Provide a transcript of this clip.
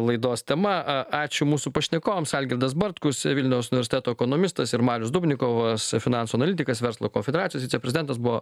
laidos tema a ačiū mūsų pašnekovams algirdas bartkus vilniaus universiteto ekonomistas ir marius dubnikovas finansų analitikas verslo konfederacijos viceprezidentas buvo